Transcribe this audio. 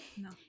No